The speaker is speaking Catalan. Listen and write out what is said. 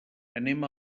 anem